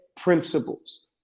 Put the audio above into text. principles